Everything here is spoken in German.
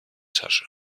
tasche